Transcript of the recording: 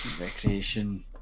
Recreation